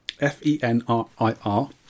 F-E-N-R-I-R